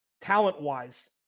talent-wise